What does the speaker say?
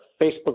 Facebook